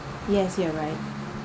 yes you are right